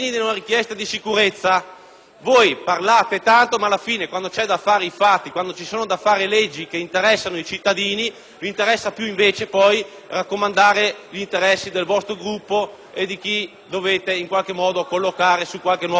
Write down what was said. Voi parlate tanto, ma alla fine, quando ci sono da fare i fatti, quando ci sono da approvare le leggi che interessano i cittadini, vi interessa invece di più raccomandare gli interessi del vostro Gruppo e di chi dovete in qualche modo collocare su qualche nuova poltrona.